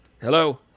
Hello